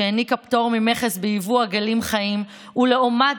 שהעניקה פטור ממכס ביבוא עגלים חיים ולעומת